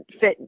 fit